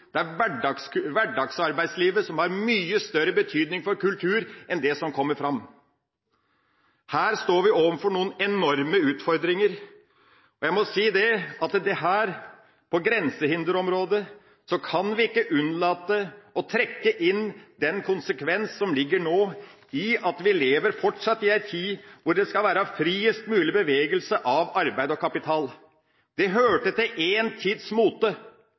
Hverdagsarbeidslivet har mye større betydning for kultur enn det som kommer fram. Her står vi overfor noen enorme utfordringer. Jeg må si at på grensehinderområdet kan vi ikke unnlate å trekke inn den konsekvensen som ligger i at vi fortsatt lever i en tid da det skal være friest mulig bevegelse av arbeid og kapital. Det hørte til én tids